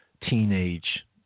teenage